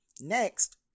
Next